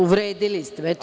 Uvredili ste me.